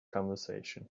conversation